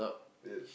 ya